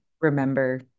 remember